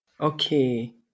Okay